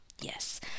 Yes